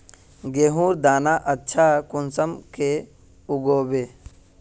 गेहूँर दाना अच्छा कुंसम के उगबे?